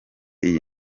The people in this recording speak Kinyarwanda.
iyi